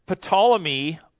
Ptolemy